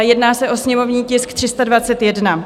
Jedná se o sněmovní tisk 321.